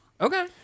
Okay